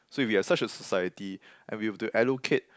so if we have such a society and we have to allocate